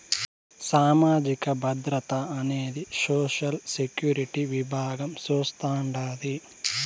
సామాజిక భద్రత అనేది సోషల్ సెక్యూరిటీ విభాగం చూస్తాండాది